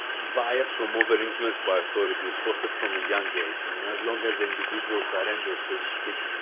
bias from over-influence by authority is fostered from a young age and as long as the individual surrenders so to speak,